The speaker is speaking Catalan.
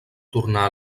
tornar